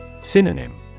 Synonym